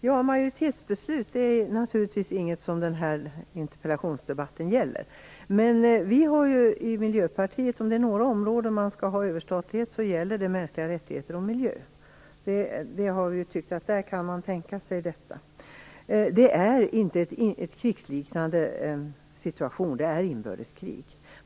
Fru talman! Denna interpellationsdebatt gäller naturligtvis inte majoritetsbeslut, men vi i Miljöpartiet har ju menat att om det finns några områden som man skall överstatlighet på, så är det mänskliga rättigheter och miljö. Där tycker vi att man kan tänka sig detta. Det är inte en krigsliknande situation som råder i Turkiet, det är inbördeskrig.